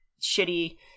shitty